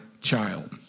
child